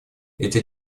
эти